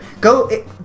Go